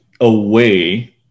away